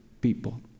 people